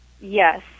Yes